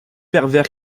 pervers